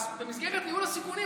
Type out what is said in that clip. אז במסגרת ניהול הסיכונים,